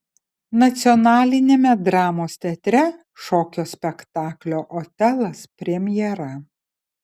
nacionaliniame dramos teatre šokio spektaklio otelas premjera